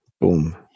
boom